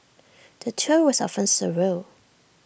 the tour was often surreal